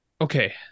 Okay